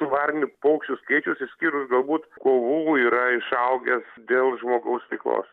varninių paukščių skaičius išskyrus galbūt kovų yra išaugęs dėl žmogaus veiklos